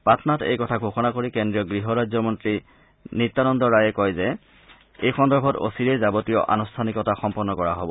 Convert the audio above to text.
পাটনাত এই কথা ঘোষণা কৰি কেদ্ৰীয় গৃহৰাজ্য মন্ত্ৰী নিতানন্দ ৰায়ে কয় যে এই সন্দৰ্ভত অচিৰেই যাৰতীয় আনুষ্ঠানিকতা সম্পন্ন কৰা হ'ব